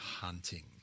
hunting